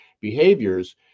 behaviors